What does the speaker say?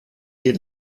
geht